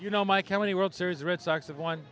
you know mike how many world series red sox have won